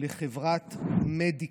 לחברת מדיקה.